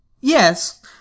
Yes